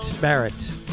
Barrett